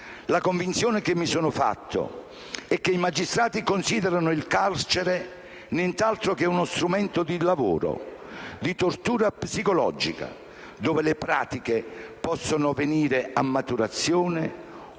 «La convinzione che mi sono fatto è che i magistrati considerano il carcere nient'altro che uno strumento di lavoro, di tortura psicologica, dove le pratiche possono venire a maturazione, o